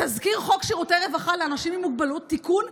תזכיר חוק שירותי רווחה לאנשים עם מוגבלות (תיקון,